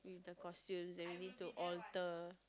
the costumes and we need to alter